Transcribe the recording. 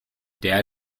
der